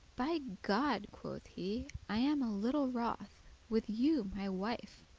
by god, quoth he, i am a little wroth with you, my wife,